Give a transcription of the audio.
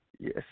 Yes